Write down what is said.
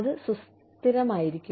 അത് സുസ്ഥിരമായിരിക്കും